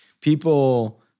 people